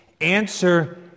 Answer